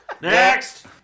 Next